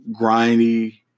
grindy